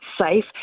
safe